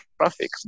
traffic